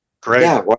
Great